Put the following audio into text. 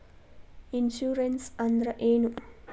Insurance ಅಂದ್ರ ಏನು?